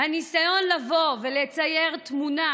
הניסיון לבוא ולצייר תמונה